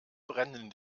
brennen